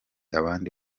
abandi